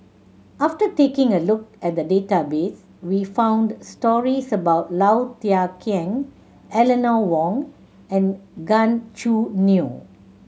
after taking a look at the database we found stories about Low Thia Khiang Eleanor Wong and Gan Choo Neo